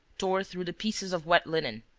tore through the pieces of wet linen,